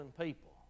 people